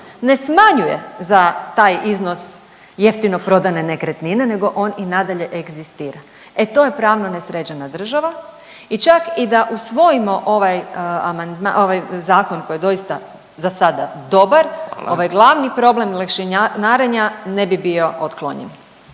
ne smanjuje za taj iznos jeftino prodane nekretnine nego on i nadalje egzistira. E to je pravno nesređena država i čak i da usvojimo ovaj amandman, ovaj zakon koji je doista za sada dobar …/Upadica: Hvala./… ovaj glavni problem lešinarenja ne bi bio otklonjen.